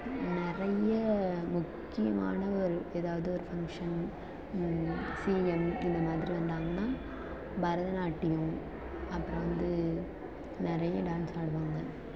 நிறைய முக்கியமான ஒரு ஏதாவது ஒரு ஃபங்க்ஷன் சிஎம் இந்த மாதிரி வந்தாங்கன்னால் பரதநாட்டியம் அப்புறம் வந்து நிறைய டான்ஸ் ஆடுவாங்க